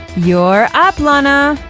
you're up, lana!